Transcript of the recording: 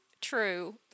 true